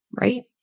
right